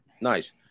nice